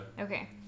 Okay